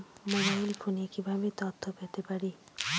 Mobile ফোনে কিভাবে তথ্য পেতে পারি?